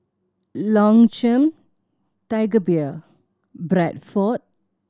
Longchamp Tiger Beer Bradford